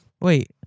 Wait